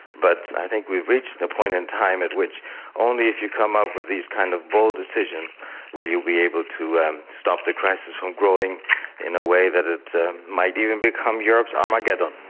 but i think we've reached the point in time at which only if you come up with these kind of bold decisions will you be able to and stop the crisis from growing in a way that it might even become europe's armageddon.